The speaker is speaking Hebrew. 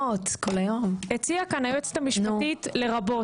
הציעה כאן היועצת המשפטית 'לרבות',